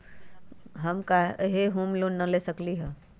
हम काहे home loan न ले सकली ह?